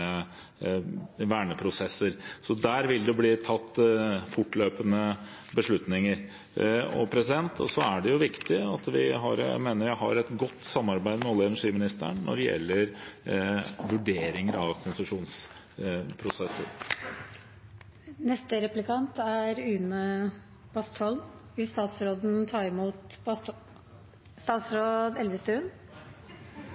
verneprosesser, så der vil det bli tatt fortløpende beslutninger. Og så er det viktig at vi har – og jeg mener jeg har det – et godt samarbeid med olje- og energiministeren når det gjelder vurdering av konsesjonsprosesser. Statsråden kan bli stående – det er